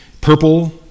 purple